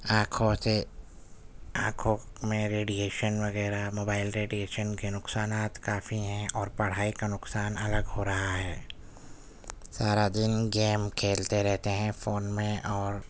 آنکھوں سے آنکھوں میں ریڈیئیشن وغیرہ موبائل ریڈیئیشن کے نقصانات کافی ہیں اور پڑھائی کا نقصان الگ ہو رہا ہے سارا دن گیم کھیلتے رہتے ہیں فون میں اور